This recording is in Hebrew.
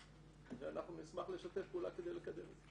ואנחנו נשמח לשתף פעולה כדי לקדם את זה.